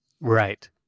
Right